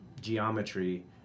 geometry